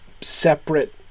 separate